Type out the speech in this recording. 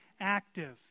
active